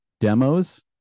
demos